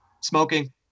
smoking